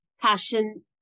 passion